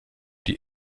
die